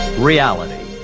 reality.